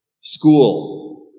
school